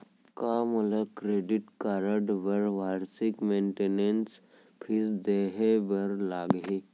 का मोला credit card बर वार्षिक मेंटेनेंस फीस देहे बर लागही?